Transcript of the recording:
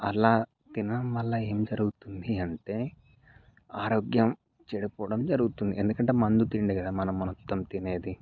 అలా తినడంవల్ల ఎం జరుగుతుంది అంటే ఆరోగ్యం చెడిపోవడం జరుగుతుంది ఎందుకంటే మందు తిండి కదా మనం మనం మొత్తం తినేది